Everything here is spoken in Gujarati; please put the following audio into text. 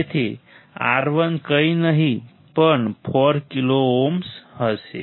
તેથી R1 કંઈ નહીં પણ 4 કિલો ઓહ્મ હશે